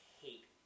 hate